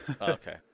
Okay